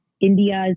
India's